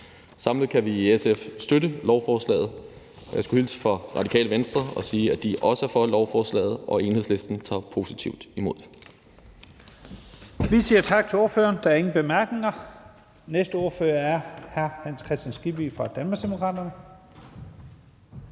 Samlet set kan vi i SF støtte lovforslaget. Jeg skulle hilse fra Radikale Venstre og sige, at de også er for lovforslaget, og Enhedslisten tager positivt imod